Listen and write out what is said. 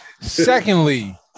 Secondly